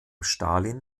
stalin